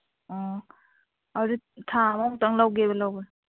ꯑꯣ ꯑꯗꯨꯗꯤ ꯊꯥ ꯑꯃꯃꯨꯛꯇꯪ ꯂꯧꯒꯦꯕ ꯂꯧꯕ